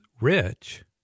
rich